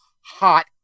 hot